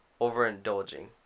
overindulging